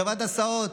חברת הסעות.